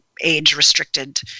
age-restricted